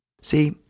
See